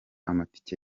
amatike